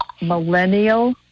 Millennial